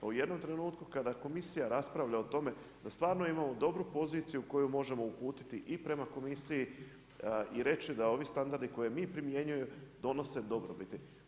U jednom trenutku kada komisija raspravlja o tome da stvarno imamo dobru poziciju koju možemo uputiti i prema komisiji i reći da ovi standardi koje mi primjenjujemo donose dobrobiti.